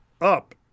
up